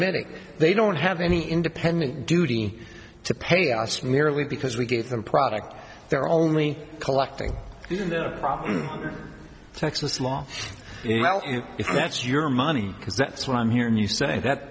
minute they don't have any independent duty to pay us merely because we gave them product they're only collecting their problem texas law well if that's your money because that's what i'm hearing you say that